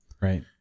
Right